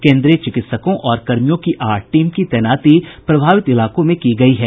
केंद्रीय चिकित्सकों और कर्मियों की आठ टीम की तैनाती प्रभावित इलाकों में की गयी है